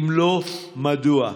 4. אם לא, מדוע?